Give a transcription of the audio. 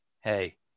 hey